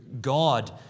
God